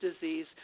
disease